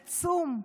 עצום.